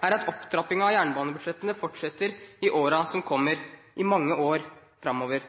er at opptrappingen av jernbanebudsjettene fortsetter i årene som kommer – i mange år framover.